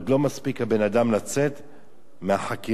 עוד לא מספיק הבן-אדם לצאת מהחקירה,